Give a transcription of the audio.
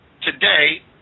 today